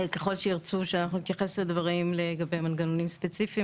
ככל שירצו שאנחנו נתייחס לדברים לגבי מנגנונים ספציפיים,